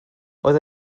oedd